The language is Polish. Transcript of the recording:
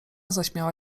zaśmiała